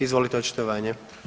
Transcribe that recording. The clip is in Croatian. Izvolite očitovanje.